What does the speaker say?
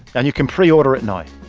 and you can preorder it now.